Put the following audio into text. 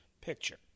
picture